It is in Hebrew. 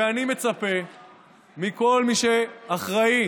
וכל מי שאחראי